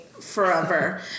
forever